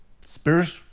Spirit